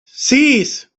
sis